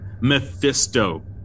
Mephisto